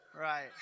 right